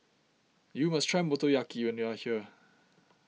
you must try Motoyaki when you are here